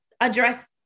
address